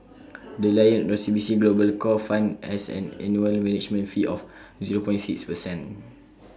the lion O C B C global core fund has an annual management fee of zero point six percent